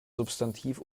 substantiv